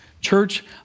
Church